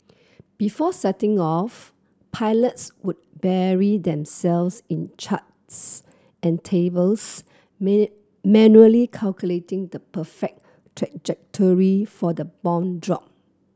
before setting off pilots would bury themselves in charts and tables man manually calculating the perfect trajectory for the bomb drop